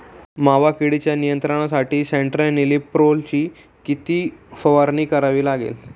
मावा किडीच्या नियंत्रणासाठी स्यान्ट्रेनिलीप्रोलची किती फवारणी करावी लागेल?